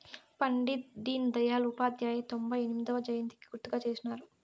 పండిట్ డీన్ దయల్ ఉపాధ్యాయ తొంభై ఎనిమొదవ జయంతికి గుర్తుగా చేసినారు